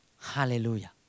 Hallelujah